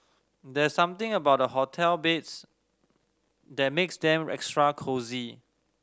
there's something about hotel beds that makes them extra cosy